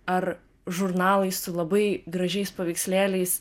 ar žurnalai su labai gražiais paveikslėliais